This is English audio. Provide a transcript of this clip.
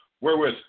wherewith